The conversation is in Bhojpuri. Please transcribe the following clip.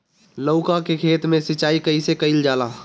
लउका के खेत मे सिचाई कईसे कइल जाला?